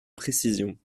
précision